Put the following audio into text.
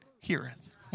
heareth